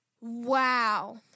Wow